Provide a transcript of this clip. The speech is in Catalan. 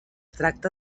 tracta